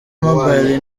mobile